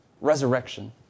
resurrection